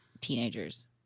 teenagers